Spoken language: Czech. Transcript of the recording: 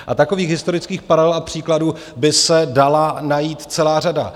A takových historických paralel a příkladů by se dala najít celá řada.